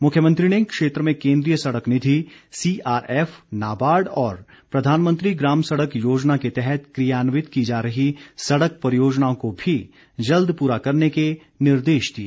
मुख्यमंत्री ने क्षेत्र में केन्द्रीय सड़क निधि सीआरएफ नाबार्ड और प्रधानमंत्री ग्राम सड़क योजना के तहत कियान्वित की जा रही सड़क परियोजनाओं को भी जल्द पूरा करने के निर्देश दिए